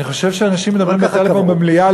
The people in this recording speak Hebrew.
אני חושב שכשאנשים מדברים בטלפון במליאה,